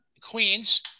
Queens